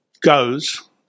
goes